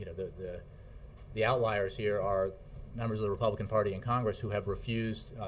ah the the outliers here are members of the republican party in congress who have refused